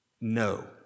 No